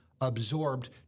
absorbed